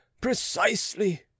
precisely